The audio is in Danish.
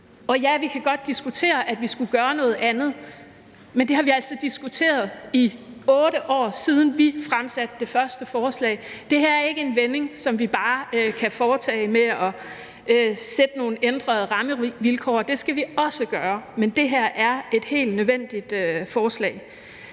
Og ja, vi kan godt diskutere, at vi skulle gøre noget andet, men det har vi altså diskuteret i 8 år, siden vi fremsatte det første forslag. Det her er ikke en vending, som vi bare kan foretage ved at sætte nogle ændrede rammevilkår. Det skal vi også gøre, men det her er et helt nødvendigt forslag.